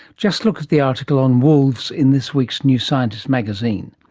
just look at the article on wolves in this week's new scientist magazine.